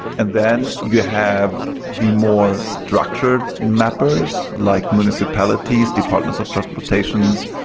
and then you have the more structured mappers, like municipalities, departments of transportation,